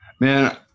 man